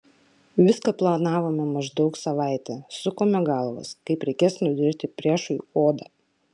viską planavome maždaug savaitę sukome galvas kaip reikės nudirti priešui odą